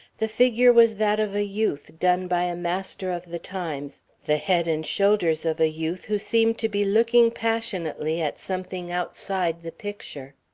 the figure was that of a youth, done by a master of the times the head and shoulders of a youth who seemed to be looking passionately at something outside the picture.